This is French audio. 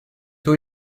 tôt